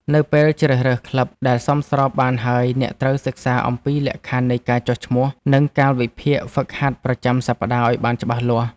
នៅពេលជ្រើសរើសក្លឹបដែលសមស្របបានហើយ អ្នកត្រូវសិក្សាអំពីលក្ខខណ្ឌនៃការចុះឈ្មោះ និងកាលវិភាគហ្វឹកហាត់ប្រចាំសប្តាហ៍ឱ្យបានច្បាស់លាស់។